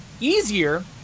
easier